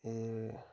एह्